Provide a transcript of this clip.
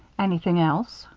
anything else?